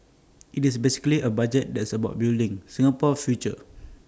IT is basically A budget that's about building Singapore's future